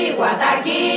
Guataqui